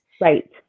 right